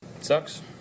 Sucks